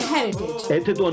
Heritage